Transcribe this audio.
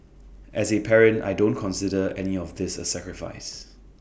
as A parent I don't consider any of this A sacrifice